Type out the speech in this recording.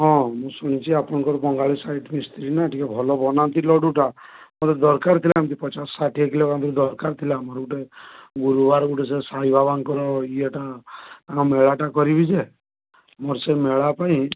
ହଁ ମୁଁ ଶୁଣିଛି ଆପଣଙ୍କର ବଙ୍ଗାଳୀ ସାଇଡ୍ ମିସ୍ତ୍ରୀ ନା ଟିକେ ଭଲ ବନାନ୍ତି ଲଡ଼ୁଟା ମୋତେ ଦରକାର ଥିଲା ଏମିତି ପଚାଶ ଷାଠିଏ କିଲୋ ଖଣ୍ଡେ ଦରକାର ଥିଲା ଆମର ଗୋଟେ ଗୁରୁବାର ଗୋଟେ ସେ ସାଇବାବାଙ୍କର ଇଏଟା ତାଙ୍କ ମେଳାଟା କରିବି ଯେ ମୋର ସେ ମେଳା ପାଇଁ